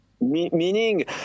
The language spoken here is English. Meaning